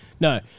No